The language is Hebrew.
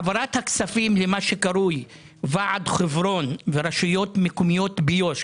העברת הכספים למה שקרוי ועד חברון ורשויות מקומיות ביו"ש,